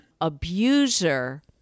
abuser